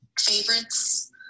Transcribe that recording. favorites